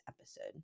episode